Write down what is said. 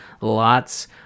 lots